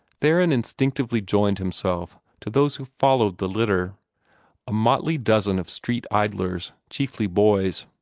theron instinctively joined himself to those who followed the litter a motley dozen of street idlers, chiefly boys.